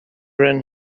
ran